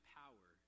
power